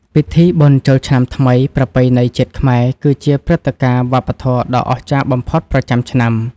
ពិធីបុណ្យចូលឆ្នាំថ្មីប្រពៃណីជាតិខ្មែរ គឺជាព្រឹត្តិការណ៍វប្បធម៌ដ៏អស្ចារ្យបំផុតប្រចាំឆ្នាំ។